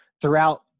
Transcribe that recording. throughout